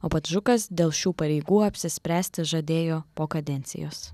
o pats žukas dėl šių pareigų apsispręsti žadėjo po kadencijos